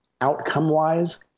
outcome-wise